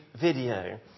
video